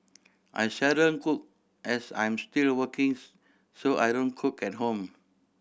I seldom cook as I'm still working so I don't cook at home